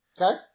Okay